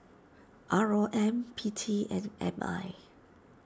R O M P T and M I